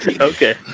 Okay